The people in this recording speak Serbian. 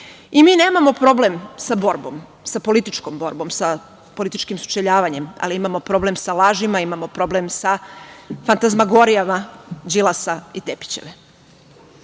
nemamo problem sa borbom, sa političkom borbom, sa političkim sučeljavanjem, ali imamo problem sa lažima, imamo problem sa fantazmagorijama Đilasa i Tepićeve.